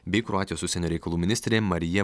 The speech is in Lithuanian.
bei kroatijos užsienio reikalų ministrė marija